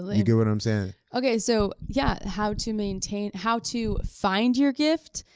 you get what i'm saying? okay, so yeah, how to maintain, how to find your gift